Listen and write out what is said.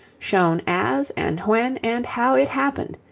shown as, and when, and how it happened,